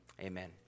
amen